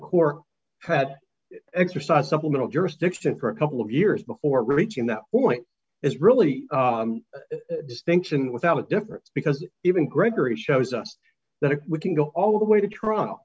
court has exercised supplemental jurisdiction for a couple of years before reaching that point is really distinction without a difference because even gregory shows us that if we can go all the way to trial